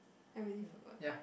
I really forgot